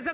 законопроект